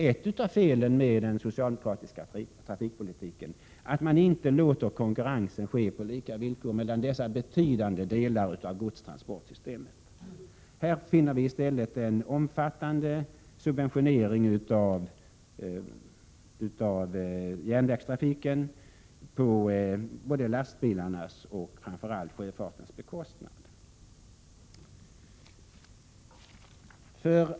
Ett av felen med den socialdemokratiska trafikpolitiken är att man inte låter konkurrensen ske på lika villkor mellan dessa betydande delar av godstransportsystemet. Här finner vi i stället en omfattande subventionering av järnvägstrafiken på både lastbilarnas och framför allt sjöfartens bekostnad.